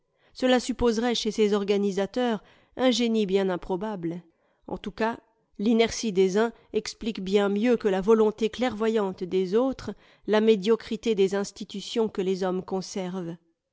cela supposerait chez ces organisateurs un génie bien improbable en tous cas l'inertie des uns explique bien mieux que la volonté clairvoyante des autres la médiocrité des institutions que les hommes conservent